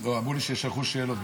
אמרו לי ששלחו שאלות.